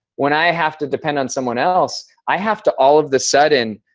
when i have to depend on someone else, i have to, all of the sudden,